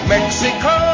Mexico